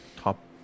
Top